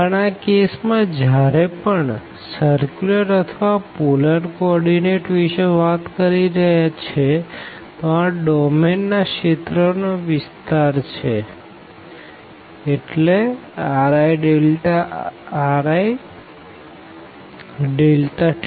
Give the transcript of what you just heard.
પણ આ કેસ માં જયારે આપણે સર્ક્યુલરઅથવા પોલર કો ઓર્ડીનેટ વિષે વાત કરી રહ્યા છે તો આ ડોમેન ના રિજિયન નો વિસ્તાર છેririi